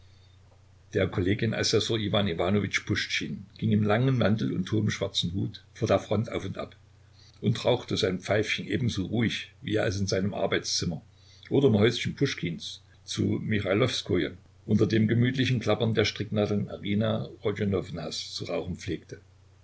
der kollegienassessor iwan iwanowitsch puschtschin ging im langen mantel und hohem schwarzen hut vor der front auf und ab und rauchte sein pfeifchen ebenso ruhig wie er es in seinem arbeitszimmer oder im häuschen puschkins zu michailowskoje unter dem gemütlichen klappern der stricknadeln arina rodionownas zu rauchen pflegte